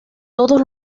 todos